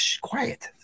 Quiet